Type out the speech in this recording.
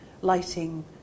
lighting